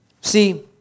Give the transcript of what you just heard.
See